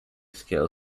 scale